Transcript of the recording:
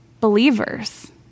believers